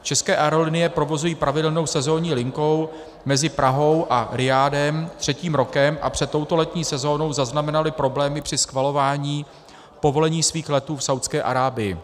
České aerolinie provozují pravidelnou sezónní linku mezi Prahou a Rijádem třetím rokem a před touto letní sezónou zaznamenaly problémy při schvalování povolení svých letů v Saúdské Arábii.